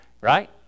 Right